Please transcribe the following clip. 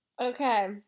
Okay